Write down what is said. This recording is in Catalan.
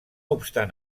obstant